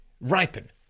ripen